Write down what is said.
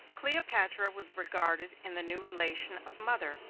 cleopatra was regarded in the new relation of mother,